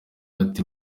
hagati